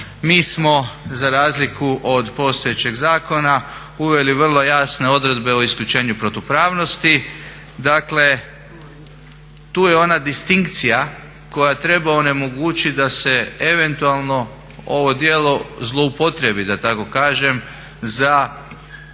mi smo za razliku od postojećeg zakona uveli vrlo jasne odredbe o isključenju protupravnosti, dakle tu je ona distinkcija koja treba onemogućiti da se eventualno ovo djelo zloupotrijebi da tako kažem za